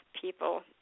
people